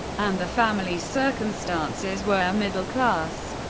and the family's circumstances were middle class.